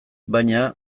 baina